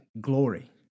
glory